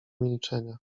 milczenia